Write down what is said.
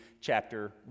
chapter